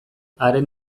haren